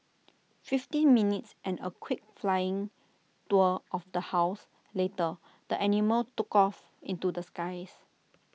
fifteen minutes and A quick flying tour of the house later the animal took off into the skies